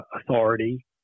authority